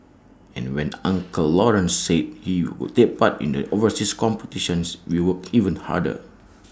and when the uncle Lawrence said he would take part in the overseas competitions we worked even harder